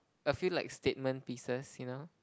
a few like statement pieces you know